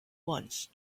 once